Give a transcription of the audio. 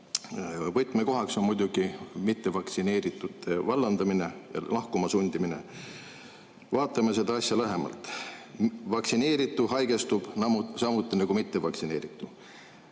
Võtmekoht on muidugi mittevaktsineeritute vallandamine ja lahkuma sundimine. Vaatame seda asja lähemalt. Vaktsineeritu haigestub samuti nagu mittevaktsineeritu.